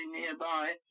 nearby